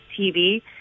TV